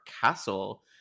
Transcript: Castle